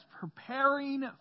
preparing